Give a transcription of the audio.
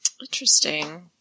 Interesting